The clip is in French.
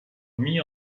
mis